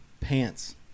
pants